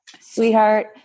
sweetheart